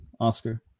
oscar